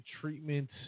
treatment